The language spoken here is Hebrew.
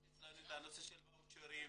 יש הנושא של ואוצ'רים.